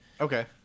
okay